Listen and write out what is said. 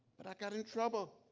but i got in trouble,